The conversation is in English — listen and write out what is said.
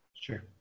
Sure